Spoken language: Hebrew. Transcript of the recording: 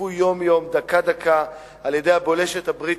שנרדפו יום-יום דקה-דקה על-ידי הבולשת הבריטית,